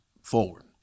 forward